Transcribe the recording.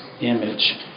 image